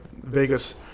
Vegas